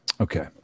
okay